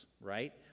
right